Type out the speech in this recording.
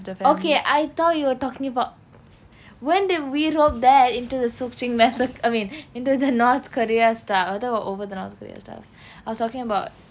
okay I thought you were talking about when did we rope that into the sook ching massacre I mean into the north korea stuff I thought we're over the north korean stuff I was talking about